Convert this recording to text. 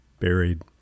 buried